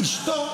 אשתו,